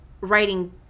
writing